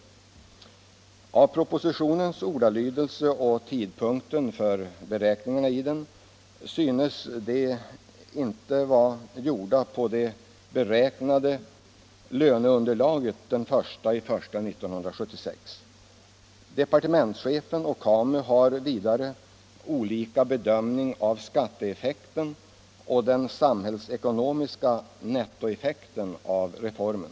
Att döma av propositionens ordalydelse och tid punkten för beräkningarna i den synes dessa inte vara gjorda på det Nr 84 antagna löneunderlaget den 1 januari 1976. Departementschefen och Tisdagen den KAMU har vidare olika bedömningar av skatteeffekten och den sam 20 maj 1975 hällsekonomiska nettoeffekten av reformen.